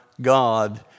God